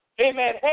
amen